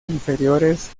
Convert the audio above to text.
inferiores